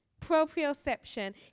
Proprioception